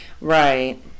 Right